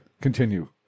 continue